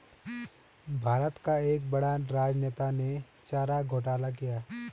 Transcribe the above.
भारत का एक बड़ा राजनेता ने चारा घोटाला किया